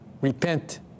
repent